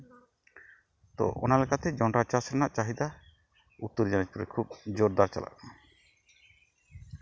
ᱛᱚ ᱚᱱᱟᱞᱮᱠᱟᱛᱮ ᱡᱚᱱᱰᱨᱟ ᱪᱟᱥ ᱨᱮᱱᱟᱜ ᱪᱟᱦᱤᱫᱟ ᱠᱷᱩᱵ ᱡᱳᱨᱫᱟᱨ ᱪᱟᱞᱟᱜ ᱠᱟᱱᱟ